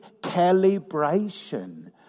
calibration